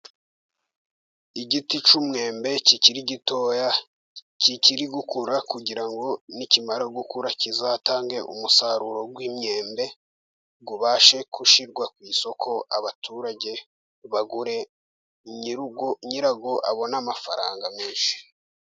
Igiti cy'umwembe kikiri gito, kikiri gukura kugira ngo nikimara gukura kizatange umusaruro w'imyembe ubashe gushyirwa ku isoko, abaturage bagure nyirurugo nyirawo abone amafaranga menshi.